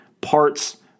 parts